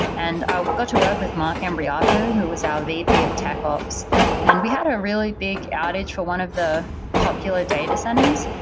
and i got to work with mark imbriaco who was our vp of tech ops and we had a really big outage for one of the popular data centers.